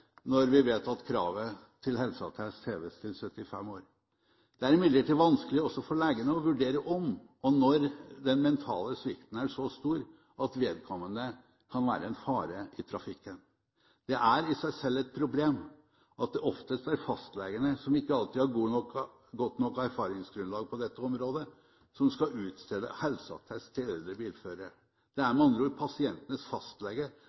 når vi vet at kravet til helseattest heves til 75 år. Det er imidlertid vanskelig – også for legene – å vurdere om, og når, den mentale svikten er så stor at vedkommende kan være en fare i trafikken. Det er i seg selv et problem at det oftest er fastlegene, som ikke alltid har godt nok erfaringsgrunnlag på dette området, som skal utstede helseattest til eldre bilførere. Det er med andre ord pasientens fastlege